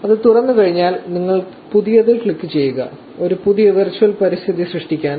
അത് തുറന്നുകഴിഞ്ഞാൽ നിങ്ങൾ പുതിയതിൽ ക്ലിക്കുചെയ്യുക ഒരു പുതിയ വെർച്വൽ പരിസ്ഥിതി സൃഷ്ടിക്കാൻ